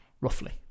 roughly